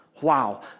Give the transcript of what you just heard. wow